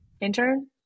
Intern